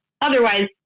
otherwise